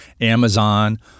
Amazon